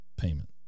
payment